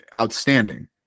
outstanding